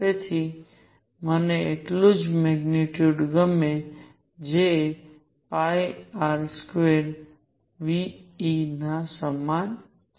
તેથી મને એટલુ જ મેગ્નીટ્યુડ ગમે છે જે R2νe ના સમાન છે